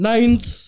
Ninth